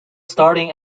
starting